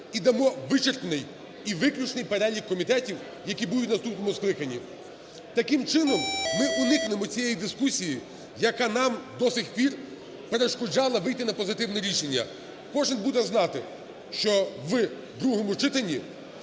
і дамо вичерпний і виключний перелік комітетів, які будуть в наступному скликанні. Таким чином ми уникнемо цієї дискусії, яка нам до сих пір перешкоджала вийти на позитивне рішення. Кожен буде знати, що в другому читанні